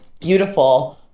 beautiful